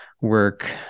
work